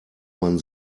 man